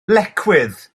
lecwydd